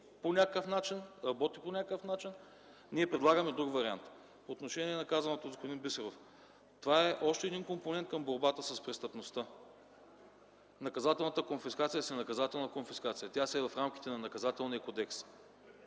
от близо седем години по някакъв начин. Ние предлагаме друг вариант. По казаното от господин Бисеров – това е още един компонент към борбата с престъпността. Наказателната конфискация си е наказателна конфискация. Тя е в рамките на Наказателния кодекс.